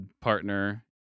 partner